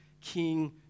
King